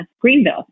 Greenville